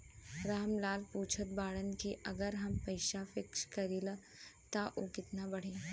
राम लाल पूछत बड़न की अगर हम पैसा फिक्स करीला त ऊ कितना बड़ी?